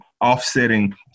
offsetting